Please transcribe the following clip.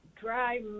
dry